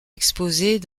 exposées